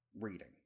reading